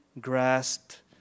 grasped